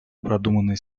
продуманной